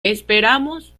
esperamos